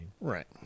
Right